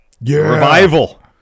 Revival